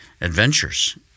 adventures